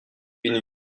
une